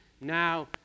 now